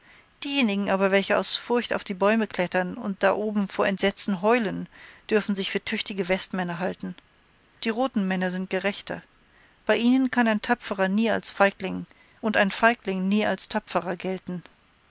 diejenigen aber welche aus furcht auf die bäume klettern und da oben vor entsetzen heulen dürfen sich für tüchtige westmänner halten die roten männer sind gerechter bei ihnen kann ein tapferer nie als feigling und ein feigling nie als tapferer gelten